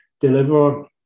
deliver